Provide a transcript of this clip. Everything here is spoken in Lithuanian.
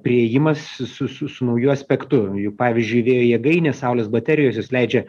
priėjimas su su su nauju aspektu juk pavyzdžiui vėjo jėgainės saulės baterijos jos leidžia